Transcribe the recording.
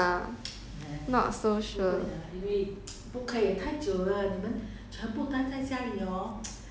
cannot meh but I don't know lah some rumour only lah not so sure